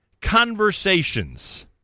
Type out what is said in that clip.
Conversations